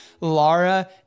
Laura